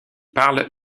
parlent